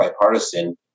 bipartisan